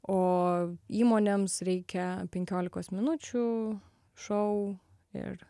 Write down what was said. o įmonėms reikia penkiolikos minučių šou ir